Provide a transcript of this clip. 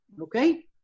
okay